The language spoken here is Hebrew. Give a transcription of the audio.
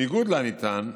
בניגוד לנטען,